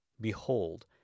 Behold